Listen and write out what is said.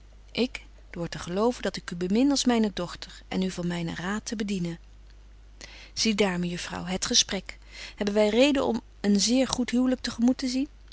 ik door te geloven dat ik u bemin als myne dochter en u van mynen raad te bedienen zie daar mejuffrouw het gesprek hebben wy reden om een zeer goed huwlyk te gemoet te zien